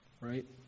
right